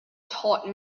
taught